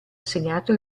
assegnato